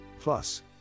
Plus